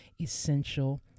essential